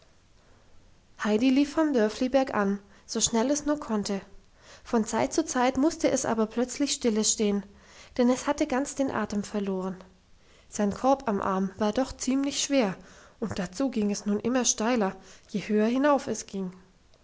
heidi lief vom dörfli bergan so schnell es nur konnte von zeit zu zeit musste es aber plötzlich stille stehen denn es hatte ganz den atem verloren sein korb am arm war doch ziemlich schwer und dazu ging es nun immer steiler je höher hinauf es ging